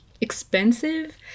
expensive